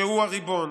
שהוא הריבון.